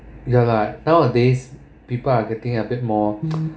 ya lah nowadays people are getting a bit more